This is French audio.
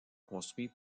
construits